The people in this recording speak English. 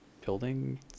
building